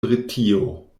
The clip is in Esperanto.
britio